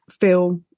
feel